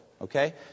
Okay